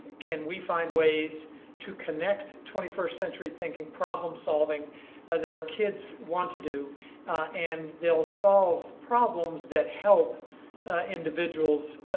can we find ways to connect twenty-first century thinking, problem solving that our kids want to do and they'll solve problems that help individuals,